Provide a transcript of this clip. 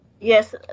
yes